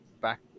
back